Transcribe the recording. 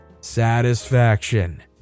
Satisfaction